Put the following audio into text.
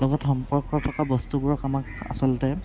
লগত সম্পৰ্ক থকা বস্তুবোৰৰ আমাক আচলতে